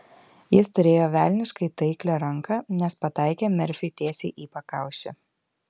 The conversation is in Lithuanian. jis turėjo velniškai taiklią ranką nes pataikė merfiui tiesiai į pakaušį